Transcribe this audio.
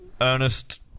Ernest